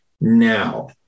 Now